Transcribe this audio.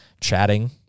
chatting